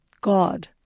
God